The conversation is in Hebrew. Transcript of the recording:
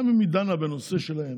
גם אם היא דנה בנושא שלהם,